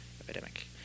epidemic